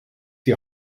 die